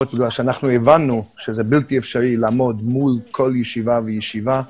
הבנו שזה בלתי אפשרי לעמוד מול כל ישיבה וישיבה,